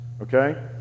Okay